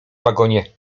wagonie